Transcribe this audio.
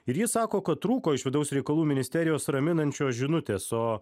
ir ji sako kad trūko iš vidaus reikalų ministerijos raminančios žinutės o